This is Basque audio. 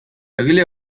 egile